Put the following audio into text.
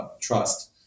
trust